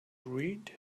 read